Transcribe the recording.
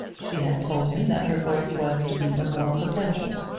she had told him that her voice was to be the more potential,